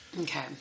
Okay